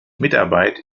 mitarbeit